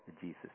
Jesus